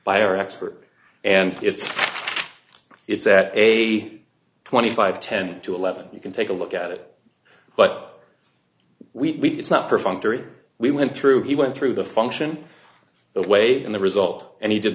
by our expert and it's it's at a twenty five ten to eleven you can take a look at it but we it's not for fun three we went through he went through the function the way in the result and he did